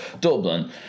Dublin